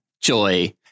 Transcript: Joy